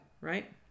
right